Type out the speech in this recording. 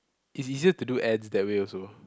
is easier to do ads that way also